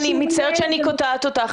אני מצטערת שאני קוטעת אותך,